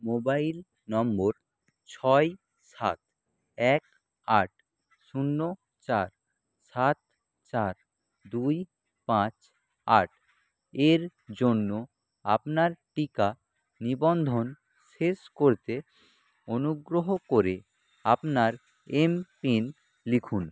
mobile নম্বর ছয় সাত এক আট শূন্য চার সাত চার দুই পাঁচ আট এর জন্য আপনার টিকা নিবন্ধন শেষ করতে অনুগ্রহ করে আপনার এমপিন লিখুন